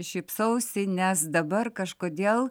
šypsausi nes dabar kažkodėl